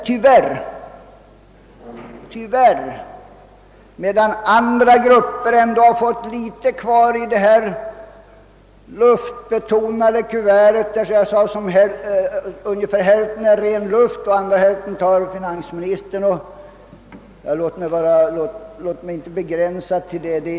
Jordbruksprodukterna betyder dock inte så mycket i detta hänseende. Situationen för jordbrukarna är emellertid bekymmersam; andra grupper har ändå fått litet kvar i de »luftbetonade» kuverten.